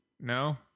No